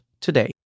today